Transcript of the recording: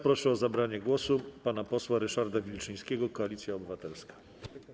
Proszę o zabranie głosu pana posła Ryszarda Wilczyńskiego, Koalicja Obywatelska.